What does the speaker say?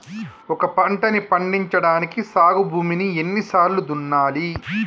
ఒక పంటని పండించడానికి సాగు భూమిని ఎన్ని సార్లు దున్నాలి?